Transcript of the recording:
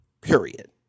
period